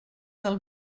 del